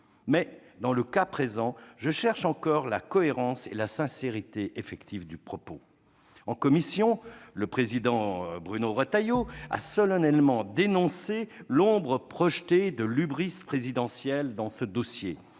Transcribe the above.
dans le cas présent, je cherche encore la cohérence et la sincérité effective du propos. En commission, le président Bruno Retailleau a solennellement dénoncé l'ombre projetée de l'« hybris présidentielle » dans ce dossier,